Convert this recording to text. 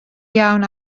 iawn